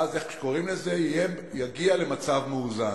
ואז, איך שקוראים לזה, הוא יגיע למצב מאוזן.